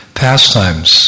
pastimes